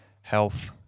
health